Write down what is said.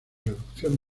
reducción